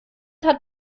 hat